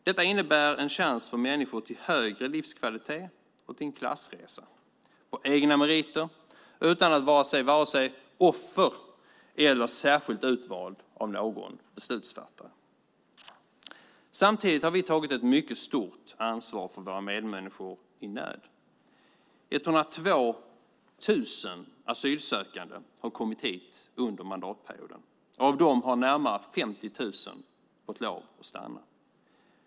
Detta innebär en chans för människor till högre livskvalitet och till en klassresa på egna meriter utan att vara vare sig offer eller särskilt utvald av någon beslutsfattare. Samtidigt har vi tagit ett mycket stort ansvar för våra medmänniskor i nöd. 102 000 asylsökande har kommit hit under mandatperioden. Av dem har närmare 50 000 fått lov att stanna.